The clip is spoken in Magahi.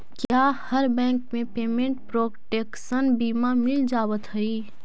क्या हर बैंक में पेमेंट प्रोटेक्शन बीमा मिल जावत हई